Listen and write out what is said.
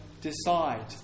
decide